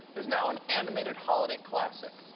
is now an animated holiday classic.